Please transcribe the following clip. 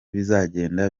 bizagenda